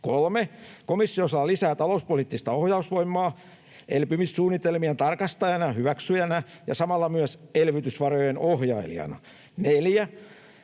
3) Komissio saa lisää talouspoliittista ohjausvoimaa elpymissuunnitelmien tarkastajana ja hyväksyjänä ja samalla myös elvytysvarojen ohjailijana. 4)